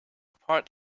part